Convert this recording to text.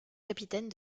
capitaine